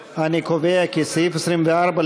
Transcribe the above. סעיף תקציבי 24,